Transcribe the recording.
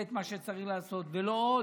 הוא לא עושה את מה שצריך לעשות, ולא עוד,